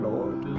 Lord